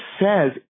says